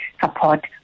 support